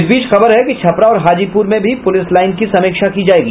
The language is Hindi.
इस बीच खबर है कि छपरा और हाजीपुर में भी पुलिस लाईन की समीक्षा की जायेगी